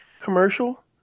commercial